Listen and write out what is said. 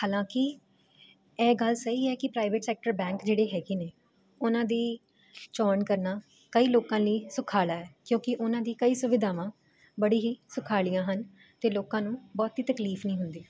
ਹਾਲਾਂਕਿ ਇਹ ਗੱਲ ਸਹੀ ਹੈ ਕਿ ਪ੍ਰਾਈਵੇਟ ਸੈਕਟਰ ਬੈਂਕ ਜਿਹੜੀ ਹੈਗੇ ਨੇ ਉਹਨਾਂ ਦੀ ਚੋਣ ਕਰਨਾ ਕਈ ਲੋਕਾਂ ਲਈ ਸੁਖਾਲਾ ਕਿਉਂਕਿ ਉਹਨਾਂ ਦੀ ਕਈ ਸੁਵਿਧਾਵਾਂ ਨੂੰ ਬੜੀ ਹੀ ਸੁਖਾਲੀਆਂ ਹਨ ਅਤੇ ਲੋਕਾਂ ਨੂੰ ਬਹੁਤ ਹੀ ਤਕਲੀਫ ਨਹੀਂ ਹੁੰਦੀ